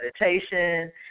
meditation